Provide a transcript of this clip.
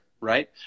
right